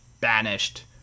banished